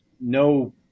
no